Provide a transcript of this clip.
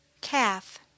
calf